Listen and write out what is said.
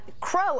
Crow